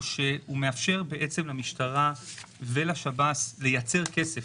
הוא שהוא מאפשר למשטרה ולשב"ס לייצר כסף,